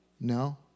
no